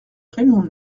raymond